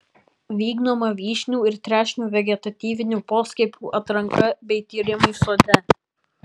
vykdoma vyšnių ir trešnių vegetatyvinių poskiepių atranka bei tyrimai sode